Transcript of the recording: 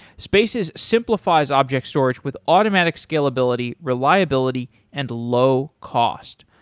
spaces simplifies object storage with automatic scalability, reliability and low cost.